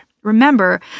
Remember